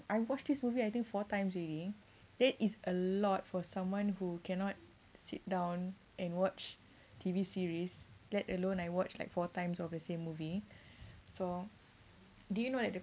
I watch this movie I think four times already that is a lot for someone who cannot sit down and watch T_V series let alone I watch like four times of the same movie so do you know that the